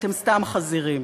אתם סתם חזירים: